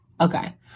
okay